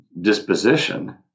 disposition